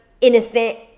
innocent